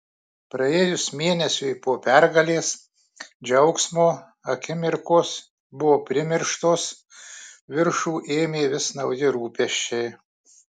praėjus mėnesiui po pergalės džiaugsmo akimirkos buvo primirštos viršų ėmė vis nauji rūpesčiai